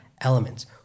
elements